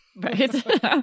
Right